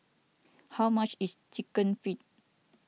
how much is Chicken Feet